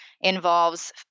involves